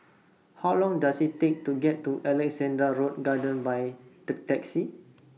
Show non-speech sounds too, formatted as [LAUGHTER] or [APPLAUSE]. How Long Does IT Take to get to Alexandra Road Garden By [UNINTELLIGIBLE] Taxi